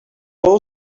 all